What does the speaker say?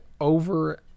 over